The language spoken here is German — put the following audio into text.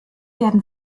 werden